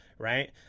Right